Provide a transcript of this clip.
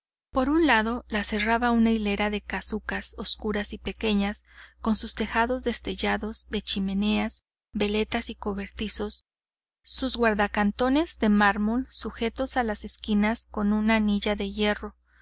por un lado la cerraba una hilera de casucas oscuras y pequeñas con sus tejados dentellados de chimeneas veletas y cobertizos sus guardacantones de mármol sujetos a las esquinas con una anilla de hierro